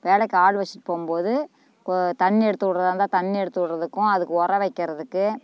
வேலைக்கு ஆள் வச்சிட்டு போகும்போது இப்போ தண்ணி எடுத்து விட்றதா இருந்தால் தண்ணீர் எடுத்து விட்றதுக்கும் அதுக்கு உரம் வைக்கிறதுக்கு